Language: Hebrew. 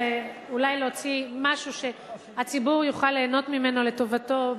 ואולי להוציא משהו שהציבור יוכל ליהנות ממנו לטובתו,